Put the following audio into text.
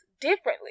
differently